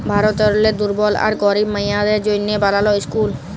ভারতেরলে দুর্বল আর গরিব মাইয়াদের জ্যনহে বালাল ইসকুল